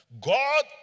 God